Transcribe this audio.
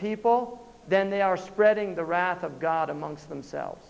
people then they are spreading the wrath of god amongst themselves